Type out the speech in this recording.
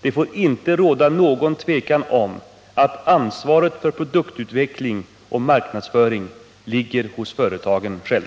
Det får inte råda någon tvekan om att ansvaret för produktutveckling och marknadsföring ligger hos företagen själva.